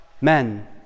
men